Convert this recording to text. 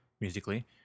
musically